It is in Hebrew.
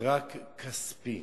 רק כספי,